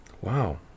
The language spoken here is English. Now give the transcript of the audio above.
Wow